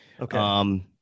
okay